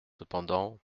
cependant